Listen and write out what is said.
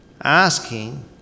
asking